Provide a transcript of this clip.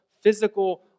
physical